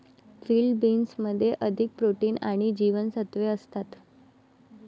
field बीन्समध्ये अधिक protein आणि जीवनसत्त्वे असतात